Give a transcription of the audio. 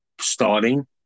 starting